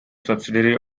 subsidiary